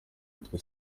yitwa